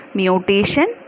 mutation